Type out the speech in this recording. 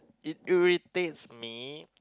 it irritates me